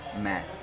math